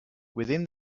within